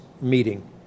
meeting